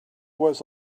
was